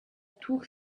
tour